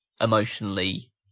emotionally